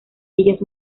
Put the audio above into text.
ellas